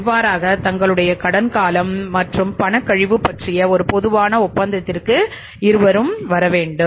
இவ்வாறாக தங்களுடைய கடன் காலம் மற்றும் பண கழிவு பற்றிய ஒரு பொதுவான ஒப்பந்தத்திற்கு வர வேண்டும்